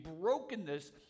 brokenness